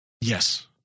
Yes